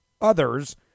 others